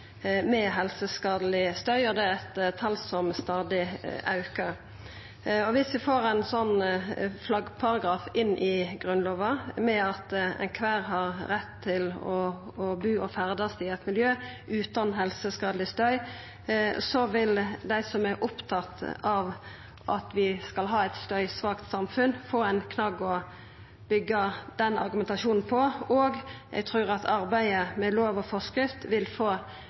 med helseskadeleg støy, og det er eit tal som stadig aukar. Viss vi får ein sånn flaggparagraf inn i Grunnlova – med at alle har rett til å bu og ferdast i eit miljø utan helseskadeleg støy – så vil dei som er opptatt av at vi skal ha eit støysvakt samfunn, få ein knagg å byggja den argumentasjonen på. Eg trur òg at arbeidet med lov og forskrift vil få